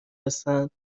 هستند